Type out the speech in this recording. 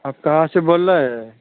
आप कहाँ से बोल रहे हैं